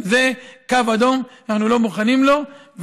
זה קו אדום ואנחנו לא מוכנים לו,